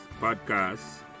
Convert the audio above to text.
Podcast